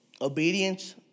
obedience